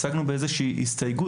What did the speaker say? הצגנו באיזושהי הסתייגות,